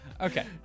okay